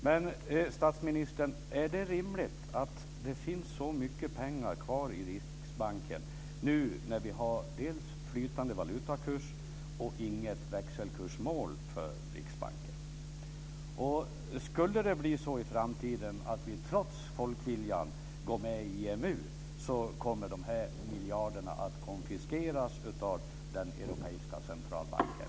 Men, statsministern, är det rimligt att det finns så mycket pengar kvar i Riksbanken nu när vi har en flytande valutakurs och inget växelkursmål för Riksbanken? Skulle det bli så i framtiden att vi trots folkviljan går med i EMU kommer de här miljarderna att konfiskeras av den europeiska centralbanken.